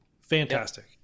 Fantastic